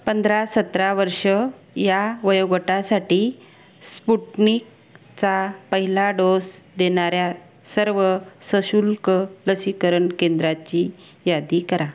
पंधरा सतरा वर्ष या वयोगटासाठी स्पुटनिकचा पहिला डोस देणाऱ्या सर्व सशुल्क लसीकरण केंद्राची यादी करा